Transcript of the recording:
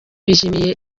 bishimira